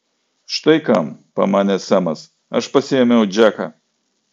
štai kam pamanė semas aš pasiėmiau džeką